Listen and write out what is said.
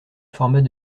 format